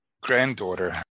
granddaughter